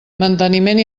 manteniment